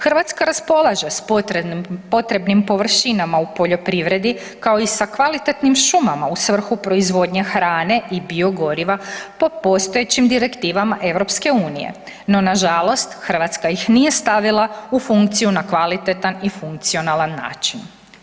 Hrvatska raspolaže s potrebnim površinama u poljoprivredni kao i sa kvalitetnim šumama u svrhu proizvodnje hrane i biogoriva po postojećim direktivama EU no nažalost Hrvatska ih nije stavila u funkciju na kvalitetan i funkcionalan način.